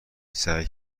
سعی